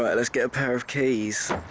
yeah let's get a pair of keys.